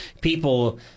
people